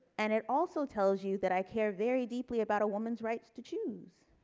and it also tells you that i care very deeply about a woman's right to choose